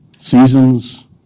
seasons